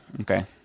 okay